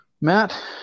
matt